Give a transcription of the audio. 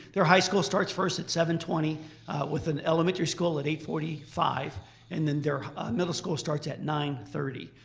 their high school starts first at seven twenty with an elementary school at eight forty five and then their middle school starts at nine thirty.